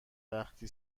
وقتی